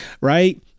Right